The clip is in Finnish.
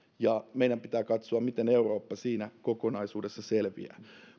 ja meidän pitää katsoa miten eurooppa siinä kokonaisuudessa selviää